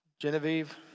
Genevieve